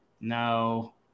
No